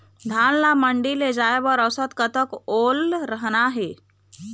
धान ला मंडी ले जाय बर औसत कतक ओल रहना हे?